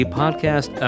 podcast